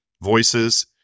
voices